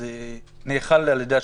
וזה נאכל על ידי השוטף.